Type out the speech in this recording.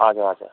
हजुर हजुर